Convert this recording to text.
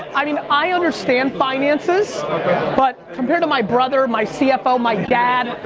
i mean i understand finances but compared to my brother, my cfo, my dad,